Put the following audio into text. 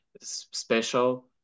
special